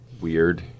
weird